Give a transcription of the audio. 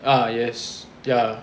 uh yes ya